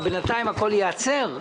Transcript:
אבל בינתיים הכול ייעצר.